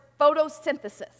photosynthesis